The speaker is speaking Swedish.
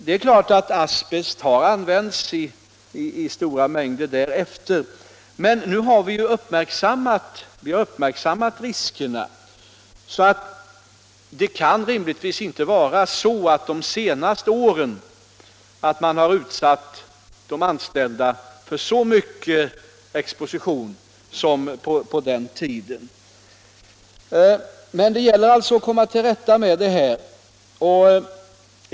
Det är klart att asbest har använts i stora mängder även efter denna tid, men vi har ju uppmärksammat riskerna, och det kan rimligtvis inte vara så att man under de senaste åren utsatt de anställda för så stor exposition som på den tiden. Men det gäller att komma till rätta med problemet.